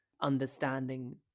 understanding